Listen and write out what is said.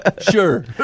Sure